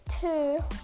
two